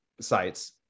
sites